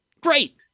Great